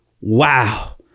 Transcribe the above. Wow